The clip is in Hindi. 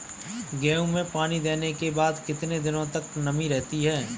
गेहूँ में पानी देने के बाद कितने दिनो तक नमी रहती है?